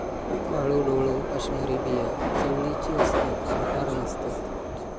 काळो डोळो असणारी बिया चवळीची असतत, मटार नसतत